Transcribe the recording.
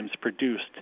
produced